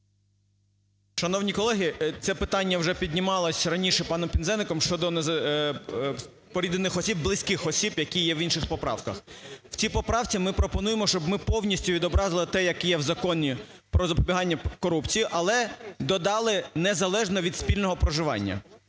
Шановні колеги, це питання вже піднімалося раніше паном Пинзеником щодо поріднених осіб, близьких осіб, які є в інших поправках. В цій поправці ми пропонуємо, щоб ми повністю відобразили те, як є в Законі "Про запобігання корупції", але додали "незалежно від спільного проживання".